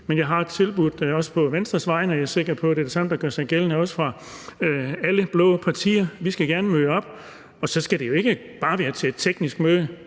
og jeg er sikker på, at det er det samme, der gør sig gældende fra alle blå partiers side, at vi gerne skal møde op. Og så skal det jo ikke bare være til et teknisk møde.